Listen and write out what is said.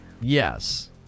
Yes